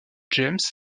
james